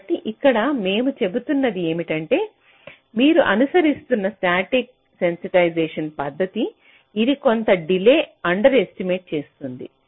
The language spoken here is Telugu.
కాబట్టి ఇక్కడ మేము చెబుతున్నది ఏమిటంటే మీరు అనుసరిస్తున్న స్టాటిక్ సెన్సిటైజేషన్ పద్ధతి ఇది కొంత డిలే అండర్ ఎస్టిమేట్ చేస్తుంది